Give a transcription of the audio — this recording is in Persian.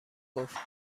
گفت